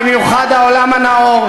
במיוחד העולם הנאור,